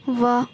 واہ